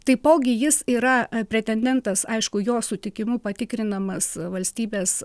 taipogi jis yra pretendentas aišku jo sutikimu patikrinamas valstybės